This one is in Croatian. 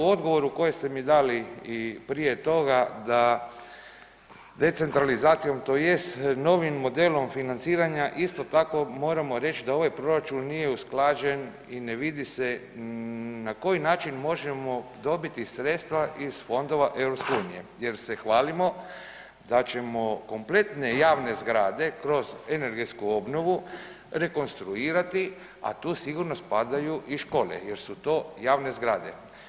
U odgovoru koje ste mi dali i prije toga da decentralizacijom tj. novim modelom financiranja isto tako moramo reć da ovaj proračun nije usklađen i ne vidi se na koji način možemo dobiti sredstva iz Fondova EU jer se hvalimo da ćemo kompletne javne zgrade kroz energetsku obnovu rekonstruirati, a tu sigurno spadaju i škole jer su to javne zgrade.